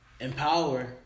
empower